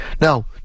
Now